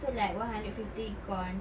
so like one hundred fifty gone